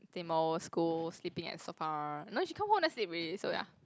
same old school sleeping at sofa no she come home never sleep already so ya